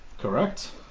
Correct